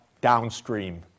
downstream